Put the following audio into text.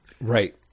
right